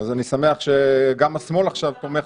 אז אני שמח שגם השמאל עכשיו תומך